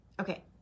Okay